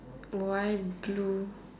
why blue